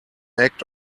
act